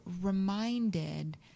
reminded